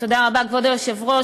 כבוד היושב-ראש,